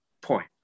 point